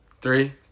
Three